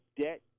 debt